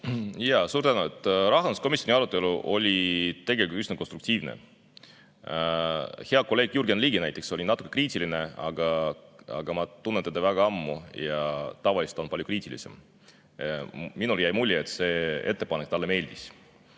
Suur tänu! Rahanduskomisjoni arutelu oli tegelikult üsna konstruktiivne. Hea kolleeg Jürgen Ligi näiteks oli natuke kriitiline, aga ma tunnen teda väga ammu ja tavaliselt ta on palju kriitilisem. Minule jäi mulje, et see ettepanek talle meeldis,